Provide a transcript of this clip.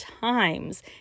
times